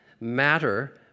Matter